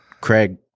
Craig